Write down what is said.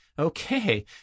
Okay